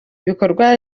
ibikorwa